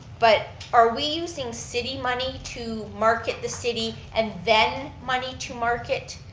but are we using city money to market the city and then money to market?